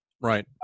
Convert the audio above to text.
Right